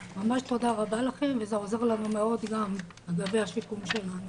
ממש תודה רבה לכם וזה עוזר לנו מאוד גם לגבי השיקום שלנו.